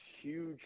huge